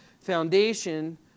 foundation